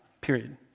period